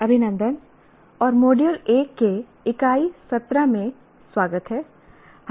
अभिनंदन और मॉड्यूल 1 के इकाई 17 में स्वागत है